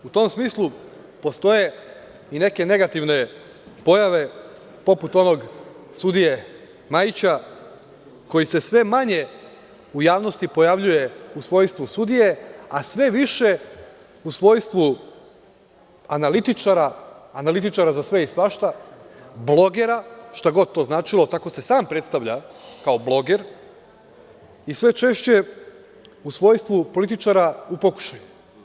U tom smislu postoje i neke negativne pojave poput onog sudije Majića koji se sve manje u javnosti pojavljuje u svojstvu sudije, a sve više u svojstvu analitičara, analitičara za sve i svašta, blogera, šta god to značilo, tako se sam predstavlja – kao bloger, i sve češće u svojstvu političara u pokušaju.